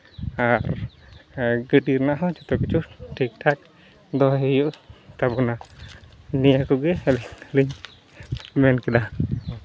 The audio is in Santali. ᱟᱨ ᱜᱟᱹᱰᱤ ᱨᱮᱱᱟᱜ ᱦᱚᱸ ᱡᱚᱛᱚ ᱠᱤᱪᱷᱩ ᱴᱷᱤᱠ ᱴᱷᱟᱠ ᱫᱚᱦᱚᱭ ᱦᱩᱭᱩᱜ ᱛᱟᱵᱳᱱᱟ ᱱᱤᱭᱟᱹ ᱠᱚᱜᱮ ᱟᱹᱞᱤᱧ ᱢᱮᱱ ᱠᱮᱫᱟ